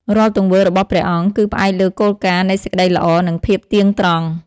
រាល់ទង្វើរបស់ព្រះអង្គ គឺផ្អែកលើគោលការណ៍នៃសេចក្ដីល្អ និងភាពទៀងត្រង់ ។